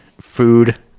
food